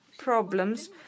problems